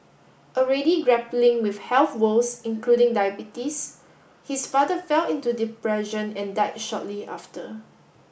already grappling with health woes including diabetes his father fell into depression and died shortly after